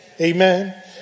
Amen